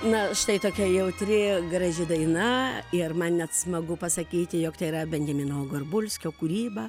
na štai tokia jautri graži daina ir man net smagu pasakyti jog tai yra benjamino gorbulskio kūryba